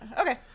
Okay